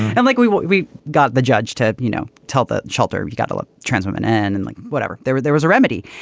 and like, we we got the judge to, you know, tell the shelter, you got to let trans women and and like whatever there were, there was a remedy.